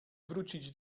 wrócić